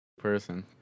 person